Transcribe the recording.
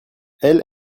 elle